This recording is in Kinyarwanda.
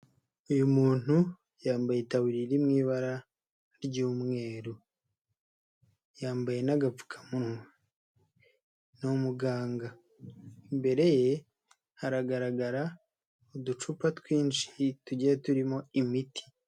Uyu muntu yambaye itaburiya iri mu ibara ry'umweru, yambaye n'agapfukamunwa, n'umuganga, imbere ye haragaragara uducupa twinshi tugiye turimo imiti.